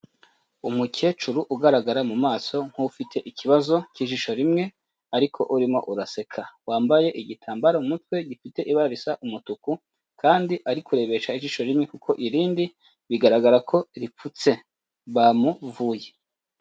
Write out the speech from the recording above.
Umukecuru ugaragara mu maso nk'ufite ikibazo cy'ijisho rimwe ariko urimo uraseka wambaye igitambaro mu mutwe gifite ibara risa umutuku kandi ari kurebesha ijisho rimwe kuko irindi bigaragara ko ripfutse. Bamuvuye.